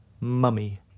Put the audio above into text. mummy